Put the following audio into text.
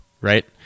right